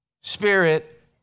Spirit